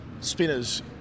spinners